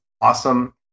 awesome